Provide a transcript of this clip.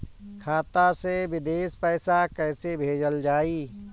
खाता से विदेश पैसा कैसे भेजल जाई?